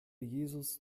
jesus